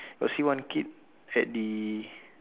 got see one kid at the